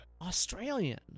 Australian